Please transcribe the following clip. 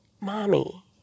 mommy